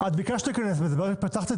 את ביקשת להיכנס לזה ברגע שפתחת את זה.